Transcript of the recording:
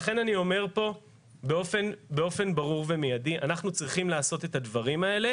לכן אני אומר פה באופן ברור ומידי: אנחנו צריכים לעשות את הדברים האלה,